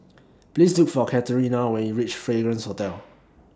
Please Look For Katerina when YOU REACH Fragrance Hotel